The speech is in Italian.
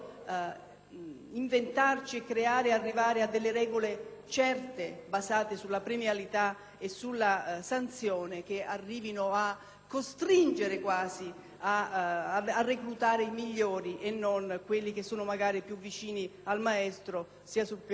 inventarci, creare e arrivare a regole certe, basate sulla premialità e sulla sanzione, che arrivino quasi a costringere a reclutare i migliori e non quelli che sono magari più vicini al maestro sia sul piano della